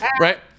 right